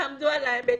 תעמדו על האמת.